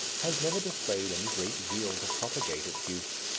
has never displayed any great zeal to propagate its use.